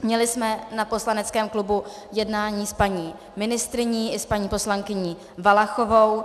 Měli jsme na poslaneckém klubu jednání s paní ministryní i s paní poslankyní Valachovou.